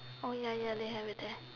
oh ya ya they have it there